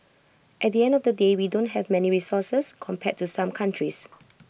at the end of the day we don't have many resources compared to some countries